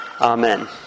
Amen